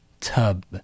tub